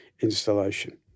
installation